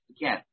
Again